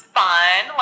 fun